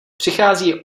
přichází